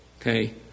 Okay